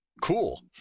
Cool